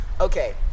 Okay